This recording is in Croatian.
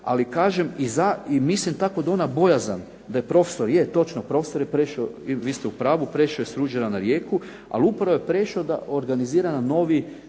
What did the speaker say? ali kažem i mislim tako da ona bojazan da je profesor. Je, točno, profesor je prešao, vi ste u pravu, prešao je s Ruđera na Rijeku, ali upravo je prešao da organizira jedan novi